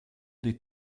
des